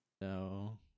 no